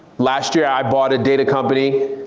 last year i bought a data company